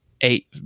eight